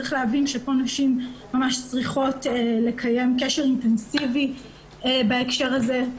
צריך להבין שפה נשים ממש צריכות לקיים קשר אינטנסיבי בהקשר הזה,